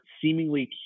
seemingly